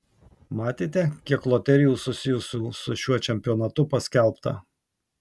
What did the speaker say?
matėte kiek loterijų susijusių su šiuo čempionatu paskelbta